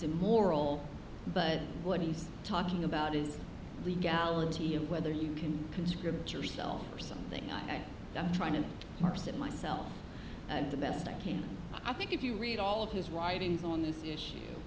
immoral but what he's talking about is legality and whether you can conscript yourself or something i'm trying to parse it myself and the best i can i think if you read all of his writings on this issue